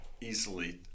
easily